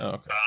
Okay